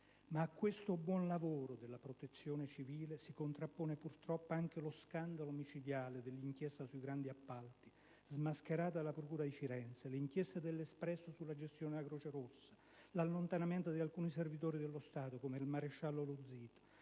ma a questo buon lavoro della Protezione civile si contrappongono purtroppo anche lo scandalo micidiale dell'inchiesta sui grandi appalti smascherata dalla procura di Firenze, le inchieste del settimanale «L'espresso» sulla gestione della Croce Rossa, l'allontanamento di alcuni servitori dello Stato come il maresciallo Lo Zito,